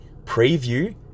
preview